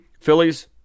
Phillies